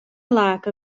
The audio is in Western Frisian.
lake